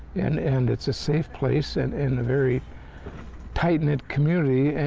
and and it's a safe place, and and and a very tight knit community,